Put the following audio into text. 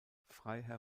freiherr